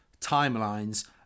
timelines